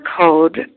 code